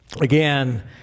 again